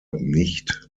nicht